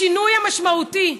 השינוי המשמעותי,